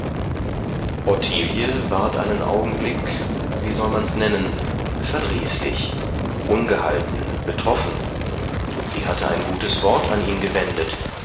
ottilie ward einen augenblick wie soll mans nennen verdrießlich ungehalten betroffen sie hatte ein gutes wort an ihn gewendet